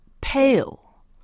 pale